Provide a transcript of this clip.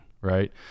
right